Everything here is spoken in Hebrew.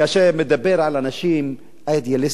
כאשר אתה מדבר על אנשים אידיאליסטים,